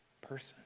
person